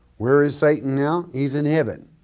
where is satan now? he's in heaven.